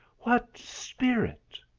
what spirit